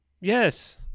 Yes